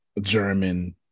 German